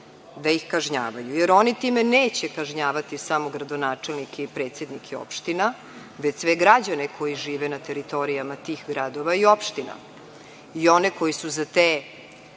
da ih kažnjavaju, jer oni time neće kažnjavati samo gradonačelnike i predsednike opština, već sve građane koji žive na teritorijama tih gradova i opština. I oni koji su za te